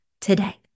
today